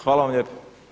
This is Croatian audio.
Hvala vam lijepo.